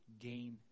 gain